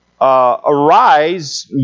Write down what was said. Arise